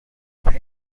paper